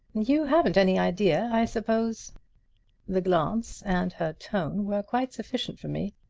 you haven't any idea, i suppose the glance and her tone were quite sufficient for me.